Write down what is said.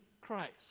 christ